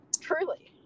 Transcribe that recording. Truly